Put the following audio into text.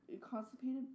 constipated